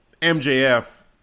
MJF